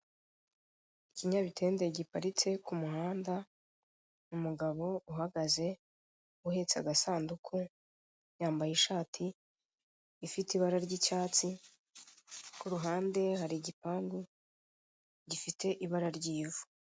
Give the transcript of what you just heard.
Ikinyabitende giparitse ku muhanda umugabo uhagaze uhetse agasanduku yambaye ishati ifite ibara ry'icyatsi ku ruhande hari igipangu gifite ibara ry'ivu.